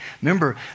Remember